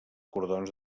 cordons